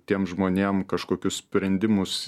tiem žmonėm kažkokius sprendimus